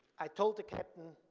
i told the captain,